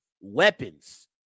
weapons